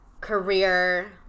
career